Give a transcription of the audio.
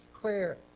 clear